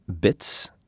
bits